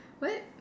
what